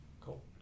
cool